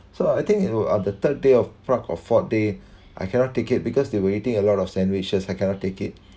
so I think it would on the third day of prague or fourth day I cannot take it because they were eating a lot of sandwiches I cannot take it